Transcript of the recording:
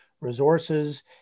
resources